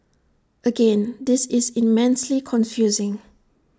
again this is immensely confusing